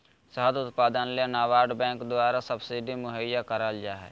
शहद उत्पादन ले नाबार्ड बैंक द्वारा सब्सिडी मुहैया कराल जा हय